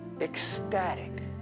ecstatic